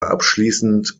abschließend